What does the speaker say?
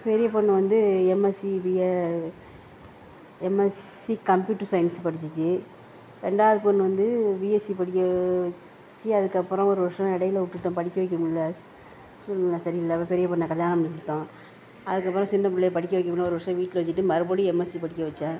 பெரிய பொண்ணு வந்து MSc BA MSc computer science படிச்சிச்சு ரெண்டாவது பொண்ணு வந்து பிஎஸ்சி படிக்க வெச்சு அதுக்கப்புறம் ஒரு வருஷம் இடையில விட்டுட்டோம் படிக்க வைக்க முடில்ல சூழ்நிலை சரியில்லை அப்போது பெரிய பொண்ணை கல்யாணம் பண்ணி கொடுத்தோம் அதுக்கப்புறம் சின்ன பிள்ளையை படிக்க வைக்க முடில்லனு ஒரு வருஷம் வீட்டில் வெச்சுட்டு மறுபடியும் எம்எஸ்சி படிக்க வைச்சேன்